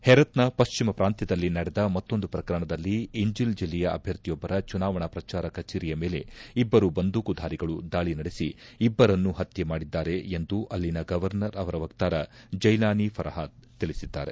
ಹೆರತ್ನ ಪಶ್ಚಿಮ ಪ್ರಾಂತ್ಯದಲ್ಲಿ ನಡೆದ ಮತ್ತೊಂದು ಪ್ರಕರಣದಲ್ಲಿ ಇಂಜಿಲ್ ಜಿಲ್ಲೆಯ ಅಭ್ಯರ್ಥಿಯೊಬ್ಬರ ಚುನಾವಣಾ ಪ್ರಜಾರ ಕಚೇರಿಯ ಮೇಲೆ ಇಬ್ಬರು ಬಂದೂಕುದಾರಿಗಳು ದಾಳಿ ನಡೆಸಿ ಇಬ್ಬರನ್ನು ಹತ್ತೆ ಮಾಡಿದ್ದಾರೆ ಎಂದು ಅಲ್ಲಿನ ಗವರ್ನರ್ ಅವರ ವಕ್ತಾರ ಜೈಲಾನಿ ಫರ್ಟಾದ್ ತಿಳಿಸಿದ್ದಾರೆ